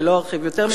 ולא ארחיב יותר מזה,